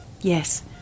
Yes